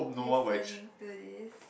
listening to this